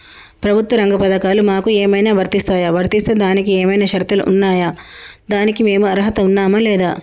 ప్రభుత్వ రంగ పథకాలు మాకు ఏమైనా వర్తిస్తాయా? వర్తిస్తే దానికి ఏమైనా షరతులు ఉన్నాయా? దానికి మేము అర్హత ఉన్నామా లేదా?